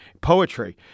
poetry